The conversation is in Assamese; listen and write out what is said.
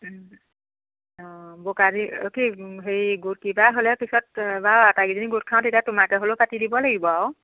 অঁ বোকা দি অ কি হেৰি গোট কিবা হ'লে পিছত বাৰু আটাইকেইজনী গোট খাওঁ তেতিয়া তোমাকে হ'লেও পাতি দিব লাগিব আৰু